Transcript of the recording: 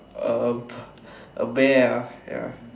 uh a bear ah ya